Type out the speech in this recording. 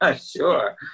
sure